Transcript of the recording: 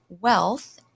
wealth